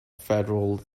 federal